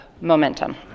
momentum